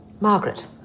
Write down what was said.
Margaret